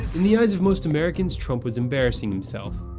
in the eyes of most americans, trump was embarrassing himself.